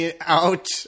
out